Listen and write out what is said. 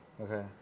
Okay